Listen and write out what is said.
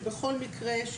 שבכל מקרה,